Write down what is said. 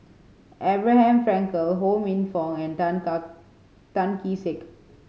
Abraham Frankel Ho Minfong and Tan Kee Sek